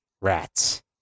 Rats